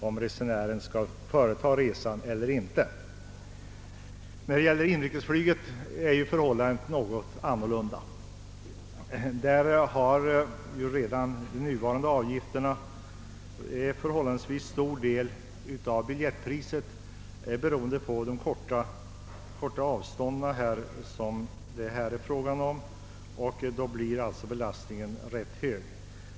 I fråga om inrikesflyget är förhållandet något annorlunda. Här utgör de nuvarande avgifterna en förhållandevis stor del av biljettpriset beroende på de korta avstånd som det här är fråga om. Belastningen blir alltså rätt hög.